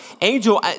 angel